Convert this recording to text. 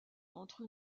entre